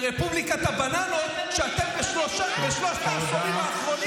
ברפובליקת הבננות שאתם מנהלים בשלושת העשורים האחרונים.